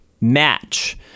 match